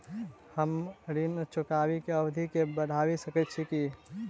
हम ऋण चुकाबै केँ अवधि केँ बढ़ाबी सकैत छी की?